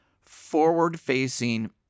forward-facing